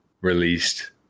released